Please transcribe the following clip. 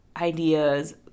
ideas